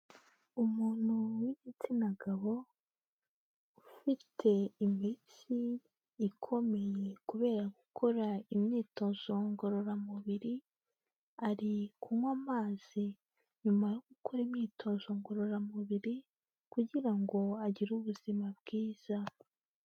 Umuntu w'igitsina gabo ufite imitsi ikomeye kubera gukora imyitozo ngororamubiri, ari kunywa amazi nyuma yo gukora imyitozo ngororamubiri, kugira ngo agire ubuzima bwiza.